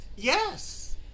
Yes